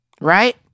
Right